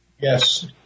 Yes